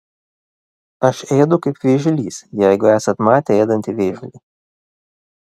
aš ėdu kaip vėžlys jeigu esat matę ėdantį vėžlį